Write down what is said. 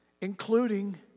including